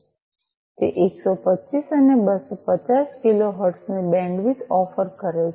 તે 125 અને 250 kilohertz ની બેન્ડવિડ્થ ઓફર કરે છે